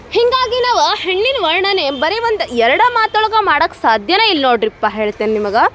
ಹೀಗಾಗಿ ನಾವು ಹೆಣ್ಣಿನ ವರ್ಣನೆ ಬರೇ ಒಂದು ಎರಡು ಮಾತೊಳ್ಗೆ ಮಾಡಕ್ಕೆ ಸಾಧ್ಯವೇ ಇಲ್ಲ ನೋಡಿರಿ ಪಾ ಹೇಳ್ತೇನೆ ನಿಮಗೆ